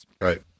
Right